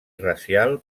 racial